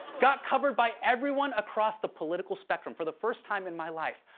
got covered by everyone across the political spectrum. for the first time in my life,